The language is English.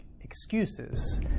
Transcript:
excuses